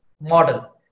model